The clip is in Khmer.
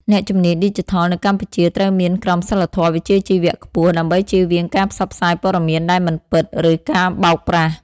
អ្នកជំនាញឌីជីថលនៅកម្ពុជាត្រូវមានក្រមសីលធម៌វិជ្ជាជីវៈខ្ពស់ ដើម្បីចៀសវាងការផ្សព្វផ្សាយព័ត៌មានដែលមិនពិត ឬការបោកប្រាស់។